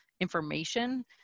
information